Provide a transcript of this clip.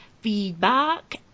feedback